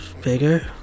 Bigger